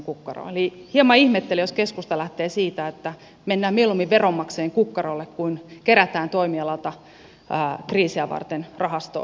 eli hieman ihmettelen jos keskusta lähtee siitä että mennään mieluummin veronmaksajien kukkarolle kuin kerätään toimialalta kriisiä varten rahastoon varoja